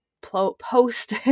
post